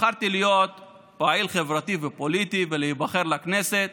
בחרתי להיות פעיל חברתי ופוליטי ולהיבחר לכנסת